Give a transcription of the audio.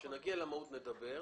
כאשר נגיע למהות, נדבר.